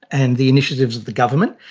and the initiatives of the government,